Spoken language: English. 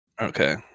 Okay